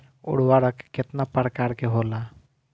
उर्वरक केतना प्रकार के होला?